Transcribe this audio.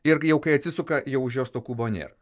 irgi jau kai atsisuka jau už jos to kubo nėr